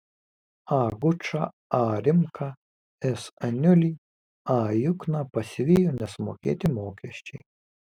a gučą a rimką s aniulį a jukną pasivijo nesumokėti mokesčiai